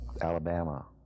alabama